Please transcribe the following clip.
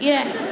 Yes